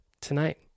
tonight